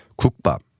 Kukba